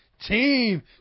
Team